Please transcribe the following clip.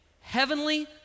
heavenly